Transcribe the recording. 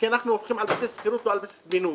כי אנחנו הולכים על בסיס שכירות או על בסיס בינוי,